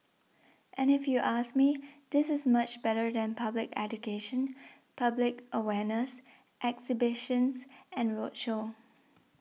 and if you ask me this is much better than public education public awareness exhibitions and roadshow